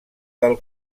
del